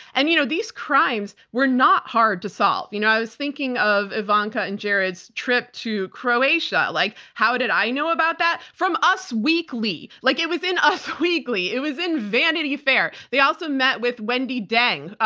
and you know, these crimes were not hard to solve. you know i was thinking of ivanka and jared's trip to croatia. like, how did i know about that? from us weekly! like it was in us weekly. it was in vanity fair. they also met with wendi deng,